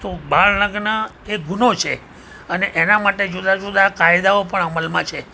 તો બાળલગ્ન એક ગુનો છે અને તેના માટે જુદા જુદા કાયદાઓ પણ અમલમાં છે